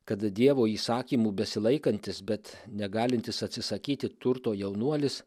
kad dievo įsakymų besilaikantis bet negalintis atsisakyti turto jaunuolis